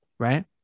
Right